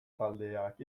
taldeak